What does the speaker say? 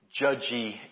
judgy